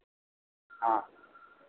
हाँ